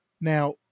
Now